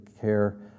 care